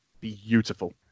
beautiful